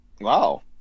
Wow